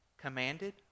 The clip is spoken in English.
commanded